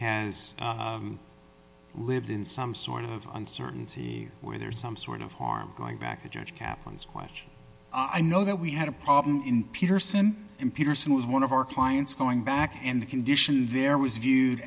has lived in some sort of uncertainty where there's some sort of harm going back to judge kaplan's question i know that we had a problem in peterson in peterson was one of our clients going back and the condition there was